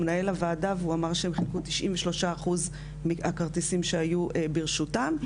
שהוא מנהל הוועדה והוא אמר שהם חילקו 93 אחוז מהכרטיסים שהיו ברשותם.